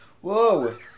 Whoa